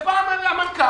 פעם זה המנכ"ל,